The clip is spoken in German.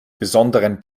besonderen